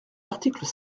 l’article